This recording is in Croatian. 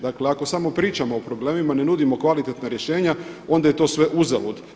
Dakle, ako samo pričamo o problemima, ne nudimo kvalitetna rješenja onda je to sve uzalud.